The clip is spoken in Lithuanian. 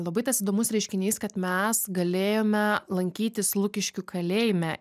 labai tas įdomus reiškinys kad mes galėjome lankytis lukiškių kalėjime